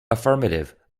affirmative